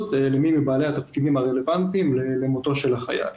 למי מבעלי התפקידים הרלוונטיים למותו של החייל.